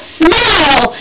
smile